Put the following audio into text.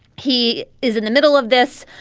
he is in the middle of this.